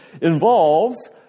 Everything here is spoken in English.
involves